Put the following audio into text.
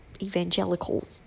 evangelical